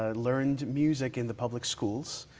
ah learned music in the public schools,